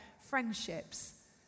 Friendships